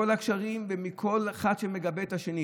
שתהיה מנותקת מכל הקשרים ומכל אחד שמגבה את השני,